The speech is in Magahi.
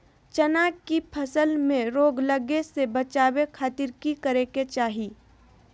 चना की फसल में रोग लगे से बचावे खातिर की करे के चाही?